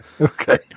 Okay